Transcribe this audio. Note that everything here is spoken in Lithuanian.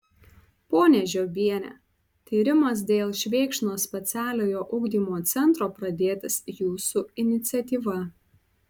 ponia žiobiene tyrimas dėl švėkšnos specialiojo ugdymo centro pradėtas jūsų iniciatyva